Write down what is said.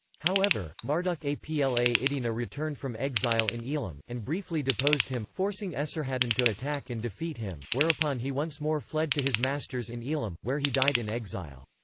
however, marduk-apla-iddina returned from exile in elam, and briefly deposed him, forcing esarhaddon to attack and defeat him, whereupon he once more fled to his masters in elam, where he died in exile.